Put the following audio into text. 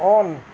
on